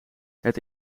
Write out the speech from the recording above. het